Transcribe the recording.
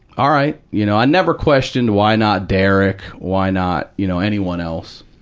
alright. you know, i never questioned, why not derek? why not, you know, anyone else?